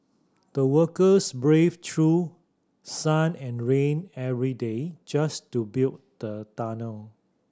the workers braved through sun and rain every day just to build the tunnel